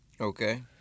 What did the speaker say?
okay